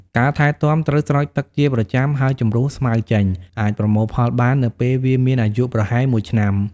ការថែទាំ ត្រូវស្រោចទឹកជាប្រចាំ និងជម្រុះស្មៅចេញ អាចប្រមូលផលបាននៅពេលវាមានអាយុប្រហែល ១ ឆ្នាំ។